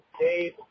Dave